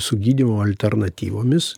su gydymo alternatyvomis